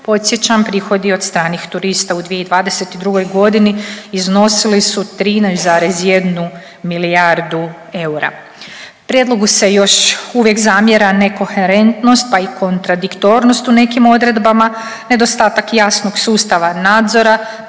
Podsjećam, prihodi od stranih turista u 2022. g. iznosili su 13,1 milijardu eura. Prijedlogu se još uvijek zamjera nekoherentnost pa i kontradiktornost u nekim odredbama, nedostatak jasnog sustava nadzora,